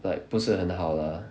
like 不是很好 lah